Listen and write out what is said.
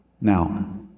Now